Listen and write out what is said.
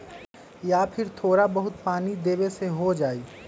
या फिर थोड़ा बहुत पानी देबे से हो जाइ?